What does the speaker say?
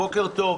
בוקר טוב.